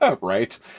Right